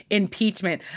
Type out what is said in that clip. impeachment.